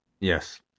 yes